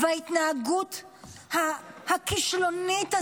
ההתנהגות הכישלונית הזאת,